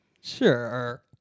Sure